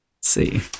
See